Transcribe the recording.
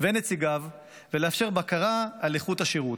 ונציגיו ולאפשר בקרה על איכות השירות.